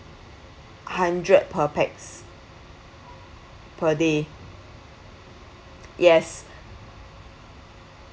hundred per pax per day yes